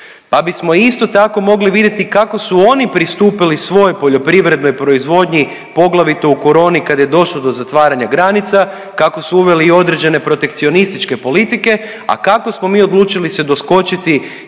pa bismo isto tako mogli vidjeti kako su oni pristupili svojoj poljoprivrednoj proizvodnji poglavito u koroni kad je došlo do zatvaranja granica kako su uveli i određene protekcionističke politike, a kako smo mi odlučili se doskočiti